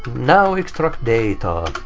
now extract data.